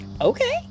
Okay